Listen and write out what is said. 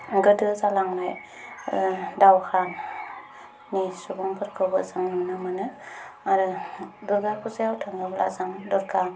गोदो जालांनाय दावहानि सुबुंफोरखौबो जोङो नुनो मोनो आरो दुर्गा फुजायाव थाङोब्ला जों दुर्गा